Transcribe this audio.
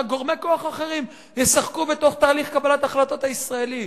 רק גורמי כוח אחרים ישחקו בתוך תהליך קבלת ההחלטות הישראלי.